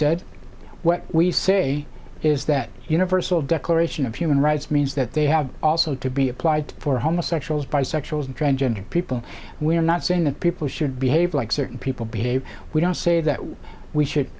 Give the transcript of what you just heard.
said what we say is that universal declaration of human rights means that they have also to be applied for homosexuals bisexual and transgender people we are not saying that people should behave like certain people behave we don't say that we should